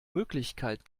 möglichkeit